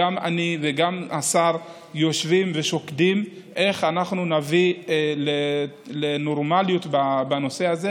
גם אני וגם השר יושבים ושוקדים איך אנחנו נביא לנורמליות בנושא הזה.